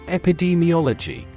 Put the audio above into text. epidemiology